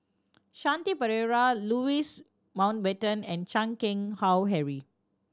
Shanti Pereira Louis Mountbatten and Chan Keng Howe Harry